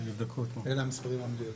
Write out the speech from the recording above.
אלה המספרים המדויקים,